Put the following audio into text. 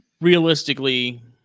realistically